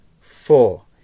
Four